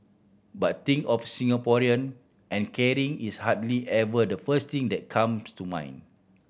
but think of Singaporean and caring is hardly ever the first thing that comes to mind